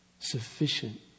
Sufficient